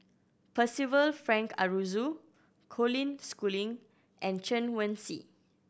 Percival Frank Aroozoo Colin Schooling and Chen Wen Hsi